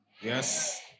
Yes